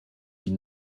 die